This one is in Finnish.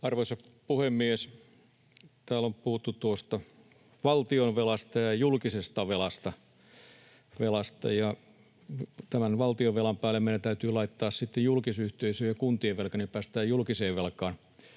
Arvoisa puhemies! Täällä on puhuttu valtionvelasta ja julkisesta velasta, ja tämän valtionvelan päälle meidän täytyy laittaa sitten julkisyhteisöjen ja kuntien velka, jotta päästään julkiseen velkaan.